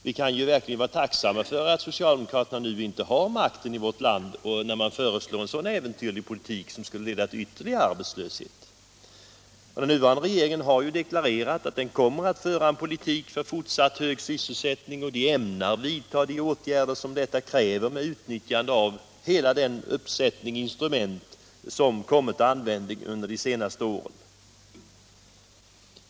Vi kan verkligen vara tacksamma för att socialdemokraterna nu inte har makten i vårt land, när de föreslår en sådan äventyrlig politik som skulle leda till ytterligare arbetslöshet. Den nuvarande regeringen har deklarerat att den kommer att föra en politik för fortsatt hög sysselsättning och ämnar vidta de åtgärder som detta kräver med utnyttjande av hela den uppsättning av instrument som kommit till användning under de senaste åren.